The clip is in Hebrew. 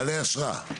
בעלי אשרה.